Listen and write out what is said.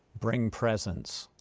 bring presence.